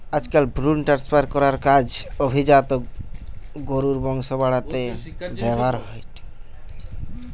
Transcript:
আজকাল ভ্রুন ট্রান্সফার করার কাজ অভিজাত গরুর বংশ বাড়াতে ব্যাভার হয়ঠে